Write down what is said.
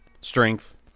strength